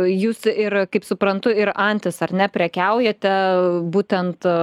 jūs ir kaip suprantu ir antis ar neprekiaujate būtent